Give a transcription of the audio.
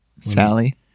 Sally